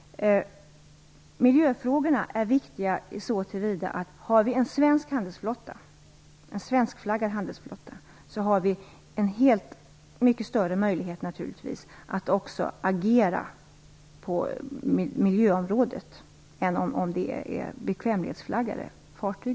Miljöfrågorna är viktiga så till vida att om vi har en svenskflaggad handelsflotta, har vi naturligtvis mycket större möjligheter att också agera på miljöområdet än om det är bekvämlighetsflaggade fartyg.